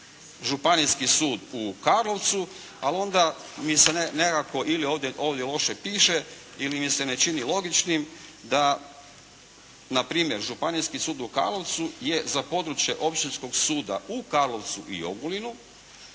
Županijski sud u Karlovcu, a onda mi se nekako ovdje loše piše ili mi se ne čini logičnim da na primjer Županijski sud u Karlovcu je za područje Općinskog suda u Karlovcu i Ogulinu,